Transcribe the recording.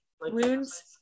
wounds